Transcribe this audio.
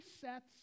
sets